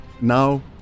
now